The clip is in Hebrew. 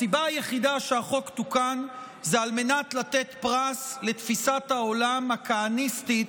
הסיבה היחידה שהחוק תוקן זה על מנת לתת פרס לתפיסת העולם הכהניסטית,